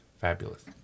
fabulous